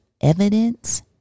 evidence